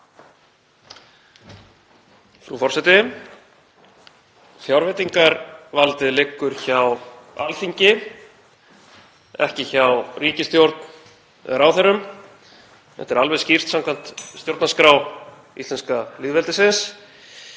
Frú forseti. Fjárveitingavaldið liggur hjá Alþingi, ekki hjá ríkisstjórn og ráðherrum. Þetta er alveg skýrt samkvæmt stjórnarskrá íslenska lýðveldisins.